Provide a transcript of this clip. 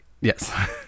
Yes